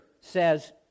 says